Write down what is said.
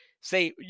say